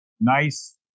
Nice